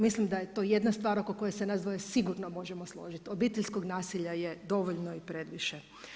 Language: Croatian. Mislim da je to jedna stvar oko koje se nas dvoje sigurno možemo složiti, obiteljskog nasilja je dovoljno i previše.